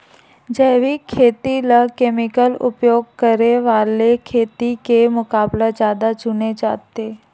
जैविक खेती ला केमिकल उपयोग करे वाले खेती के मुकाबला ज्यादा चुने जाते